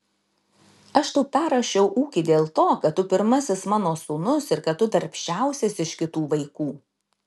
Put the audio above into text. aš tau perrašiau ūkį dėl to kad tu pirmasis mano sūnus ir kad tu darbščiausias iš kitų vaikų